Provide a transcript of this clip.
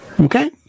Okay